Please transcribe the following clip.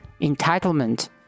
entitlement